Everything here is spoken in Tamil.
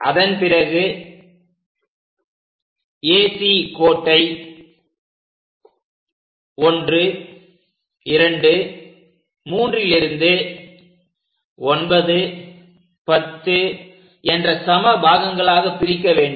அதன் பிறகு AC கோட்டை 123 லிருந்து 910 என்ற சம பாகங்களாக பிரிக்க வேண்டும்